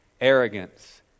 arrogance